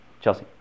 Chelsea